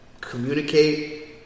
Communicate